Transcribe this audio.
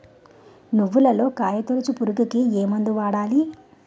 నువ్వులలో కాయ తోలుచు పురుగుకి ఏ మందు వాడాలి?